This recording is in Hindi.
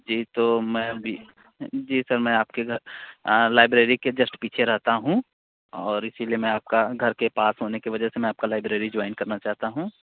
जी तो मैं भी जी सर मैं आपके घर लाइब्रेरी के जस्ट पीछे रहता हूँ और इसीलिए मैं आपका घर के पास होने के वजह से मैं आपका लाइब्रेरी ज्वाइन करना चाहता हूँ